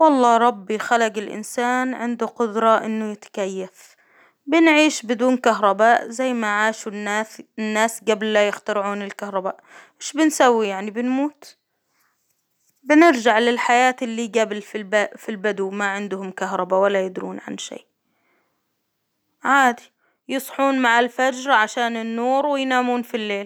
والله ربي خلج الإنسان عنده قدرة إنه يتكيف، بنعيش بدون كهرباء زي ما عاشوا الناس-الناس قبل لا يخترعون الكهرباء، إيش بنسوي يعني بنموت؟ بنرجع للحياة اللي قبل في الب -في البدو ما عندهم كهربا، ولا يدرون عن شي، عادي يصحون مع الفجر عشان النور، وينامون في الليل.